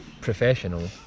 professional